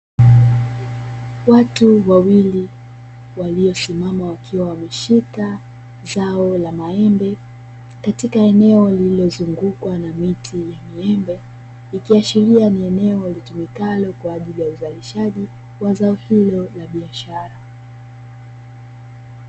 Watu wawili waliosimama wakiwa wameshika zao la maembe katika eneo lililozungukwa na miti ya miembe ikiashiria ni eneo litumikalo kwa ajili ya uzalishaji wa zao hilo la biashara.